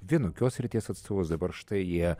vienokios srities atstovus dabar štai jie